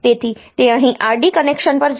તેથી તે અહીં RD કનેક્શન પર જશે